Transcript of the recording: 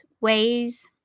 ways